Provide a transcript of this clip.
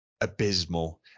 abysmal